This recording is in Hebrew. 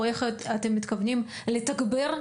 או איך אתם מתכוונים לתגבר,